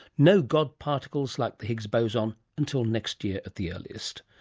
no god particles like the higgs boson until next year at the earliest.